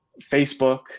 Facebook